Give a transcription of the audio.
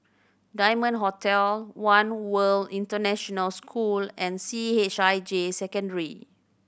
Diamond Hotel One World International School and C H I J Secondary